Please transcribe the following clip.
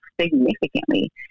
significantly